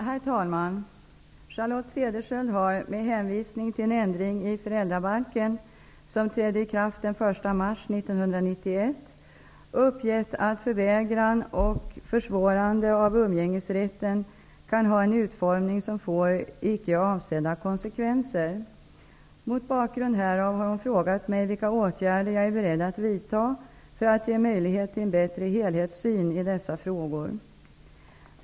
Herr talman! Charlotte Cederschiöld har med hänvisning till en ändring i föräldrabalken som trädde i kraft den 1 mars 1991 uppgivit att förvägran och försvårande av umgängesrätten kan ha en utformning som får icke-avsedda konsekvenser. Mot bakgrund härav har hon frågat mig vilka åtgärder jag är beredd att vidta för att ge möjlighet till en bättre helhetssyn i dessa frågor.